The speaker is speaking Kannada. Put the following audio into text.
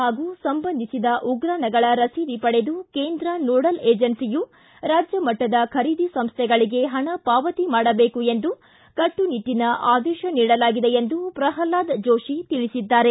ಹಾಗು ಸಂಭಂದಿಸಿದ ಉಗ್ರಾಣಗಳ ರಸೀದಿ ಪಡೆದು ಕೇಂದ್ರ ನೋಡಲ್ ಏಜೆನ್ಸಿಯು ರಾಜ್ಯಮಟ್ಟದ ಖರೀದಿ ಸಂಸ್ಥೆಗಳಿಗೆ ಹಣ ಪಾವತಿ ಮಾಡಬೇಕು ಎಂದು ಕಟ್ಟು ನಿಟ್ಟನ ಆದೇಶ ನೀಡಲಾಗಿದೆ ಎಂದು ಪ್ರಹ್ಲಾದ್ ಜೋಶಿ ತಿಳಿಸಿದ್ದಾರೆ